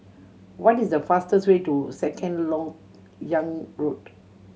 what is the fastest way to Second Lok Yang Road